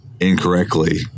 Incorrectly